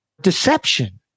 deception